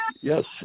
Yes